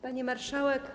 Pani Marszałek!